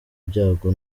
byago